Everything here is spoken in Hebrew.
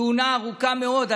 כהונה ארוכה מאוד.